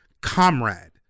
comrade